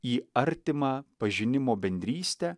į artimą pažinimo bendrystę